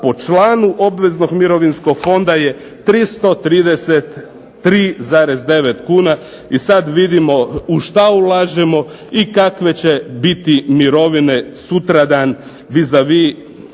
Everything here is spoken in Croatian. po članu obveznog mirovinskog fonda je 333,9 kuna i sad vidimo u šta ulažemo i kakve će biti mirovine sutradan, vis a vis